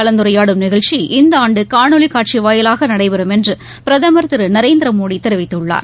கலந்துரையாடும் நிகழ்ச்சி இந்தஆண்டுகாணொலிகாட்சிவாயிலாகநடைபெறும் என்றபிரதமர் திருநரேந்திரமோடிதெரிவித்துள்ளார்